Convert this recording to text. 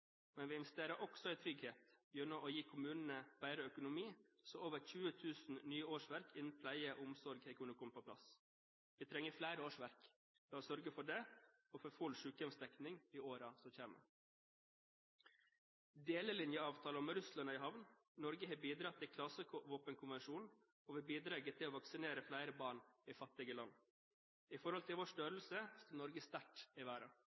Men vi investerer også i trygghet, gjennom å gi kommunene bedre økonomi, så over 20 000 nye årsverk innen pleie og omsorg har kunnet komme på plass. Vi trenger flere årsverk. La oss sørge for det, og for full sykehjemsdekning, i årene som kommer. Delelinjeavtalen med Russland er i havn, Norge har bidratt til klasevåpenkonvensjonen, og vi bidrar til å vaksinere flere barn i fattige land. I forhold til vår størrelse står Norge sterkt i